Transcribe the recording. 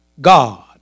God